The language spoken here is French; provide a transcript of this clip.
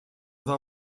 vin